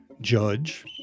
judge